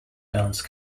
dance